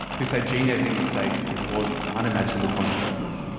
who say gene-editing mistakes could cause unimaginable consequences.